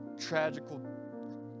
tragical